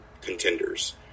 contenders